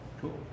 Cool